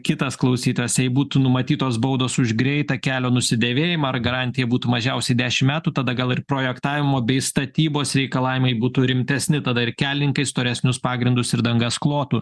kitas klausytojas jei būtų numatytos baudos už greitą kelio nusidėvėjimą ar garantija būtų mažiausiai dešim metų tada gal ir projektavimo bei statybos reikalavimai būtų rimtesni tada ir kelininkai storesnius pagrindus ir dangas klotų